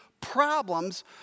problems